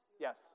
Yes